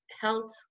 health